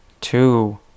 two